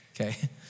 Okay